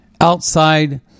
outside